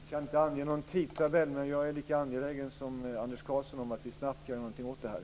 Fru talman! Jag kan inte ange någon tidtabell, men jag är lika angelägen som Anders Karlsson om att vi snabbt ska kunna göra någonting åt det här.